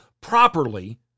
properly